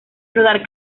rodar